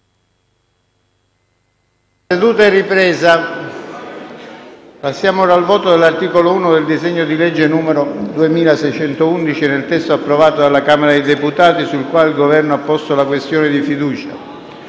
votazione nominale con appello dell'articolo 1 del disegno di legge n. 2611, nel testo approvato dalla Camera dei deputati, sul quale il Governo ha posto la questione di fiducia: